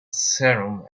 serum